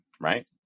right